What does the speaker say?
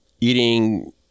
eating